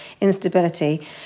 instability